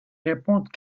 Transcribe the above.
répondre